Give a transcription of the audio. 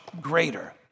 greater